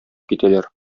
китәләр